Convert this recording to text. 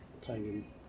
playing